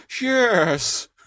yes